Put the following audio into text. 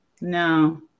No